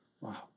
wow